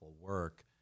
work